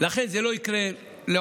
לכן זה לא יקרה לעולם.